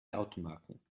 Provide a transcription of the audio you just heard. automarken